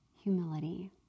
humility